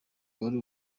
wari